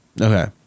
Okay